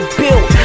built